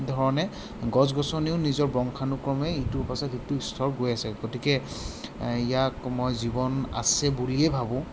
ধৰণে গছ গছনিও নিজৰ বংশানুক্ৰমেই ইটোৰ পাছত সিটো স্তৰ গৈ আছে গতিকে ইয়াক মই জীৱন আছে বুলিয়ে ভাবোঁ